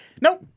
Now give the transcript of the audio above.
Nope